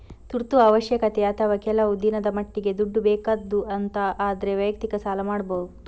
ತುರ್ತು ಅವಶ್ಯಕತೆ ಅಥವಾ ಕೆಲವು ದಿನದ ಮಟ್ಟಿಗೆ ದುಡ್ಡು ಬೇಕಾದ್ದು ಅಂತ ಆದ್ರೆ ವೈಯಕ್ತಿಕ ಸಾಲ ಮಾಡ್ಬಹುದು